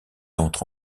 entre